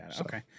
Okay